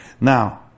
Now